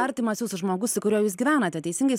artimas jūsų žmogus su kuriuo jūs gyvenate teisingai